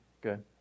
good